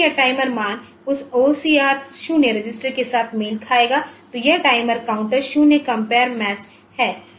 जब भी यह टाइमर मान उस OCR0 रजिस्टर के साथ मेल खाएगा तो यह टाइमर काउंटर 0 कंपेयर मैच है